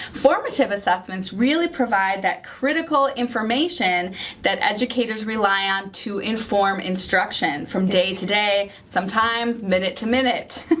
formative assessments really provide that critical information that educators rely on to inform instruction from day to day, sometimes minute-to-minute.